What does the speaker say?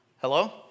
Hello